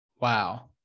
wow